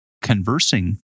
Conversing